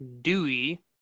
Dewey